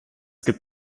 gibt